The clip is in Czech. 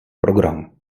program